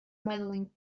medaling